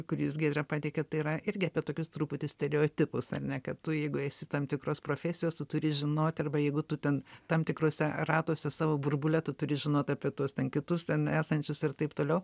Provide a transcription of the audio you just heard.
kurį jūs giedre pateikėt tai yra irgi apie tokius truputį stereotipus ar ne kad tu jeigu esi tam tikros profesijos tu turi žinoti arba jeigu tu ten tam tikruose ratuose savo burbule tu turi žinot apie tuos ten kitus ten esančius ir taip toliau